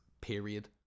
Period